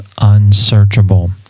unsearchable